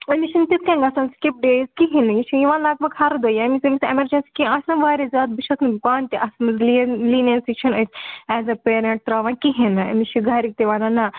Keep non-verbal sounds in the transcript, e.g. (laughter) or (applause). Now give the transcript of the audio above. أمِس چھِنہٕ تِتھ کَنۍ گژھان سِکِپ ڈیز کِہیٖنۍ نہٕ یہِ چھُ یِوان لگ بَگ ہَرٕ دۄہ ییٚمہِ وِزِ أمِس اٮ۪مرجَنسی کیٚنٛہہ آسہِ نَہ واریاہ زیادٕ بہٕ چھَس نہٕ پانہٕ تہِ اَتھ منٛز (unintelligible) لیٖنیَنسی چھَنہٕ اَتہِ ایز اَ پیرٮ۪نٛٹ ترٛاوان کِہیٖنۍ نہٕ أمِس چھِ گَرِکۍ تہِ وَنان نَہ